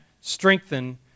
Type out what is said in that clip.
strengthen